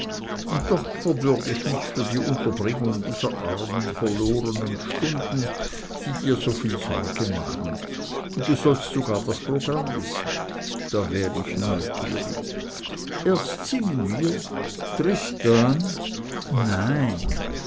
und doch verbürg ich mich für unterbringung dieser armen verlorenen stunden die dir so viel sorge machen und du sollst sogar das programm wissen da wär ich neugierig erst singen wir tristan nein